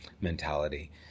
Mentality